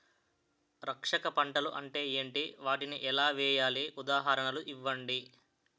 రక్షక పంటలు అంటే ఏంటి? వాటిని ఎలా వేయాలి? ఉదాహరణలు ఇవ్వండి?